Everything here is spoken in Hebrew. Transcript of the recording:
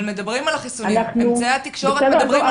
אבל אמצעי התקשורת מדברים על החיסון.